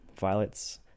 violets